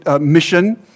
mission